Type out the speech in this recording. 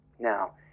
Now